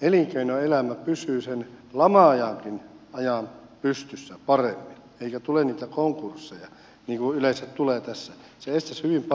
elinkeinoelämä pysyy sen lama ajankin ajan pystyssä paremmin eikä tule niitä konkursseja niin kuin yleensä tulee tässä se estäisi hyvin paljon sitä